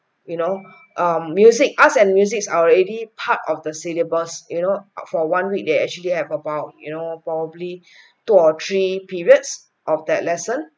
you know um music arts and music are already part of the syllabus you know for one week they actually have about you know probably two or three periods of that lesson